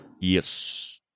Yes